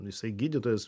jisai gydytojas